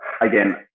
again